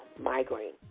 migraine